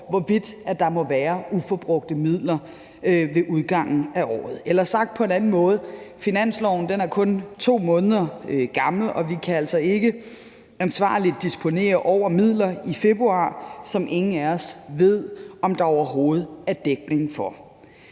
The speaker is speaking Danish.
hvorvidt der må være uforbrugte midler ved udgangen af året – eller sagt på en anden måde: Finansloven er kun 2 måneder gammel, og vi kan altså ikke ansvarligt disponere over midler i februar, som ingen af os ved om der overhovedet er dækning for.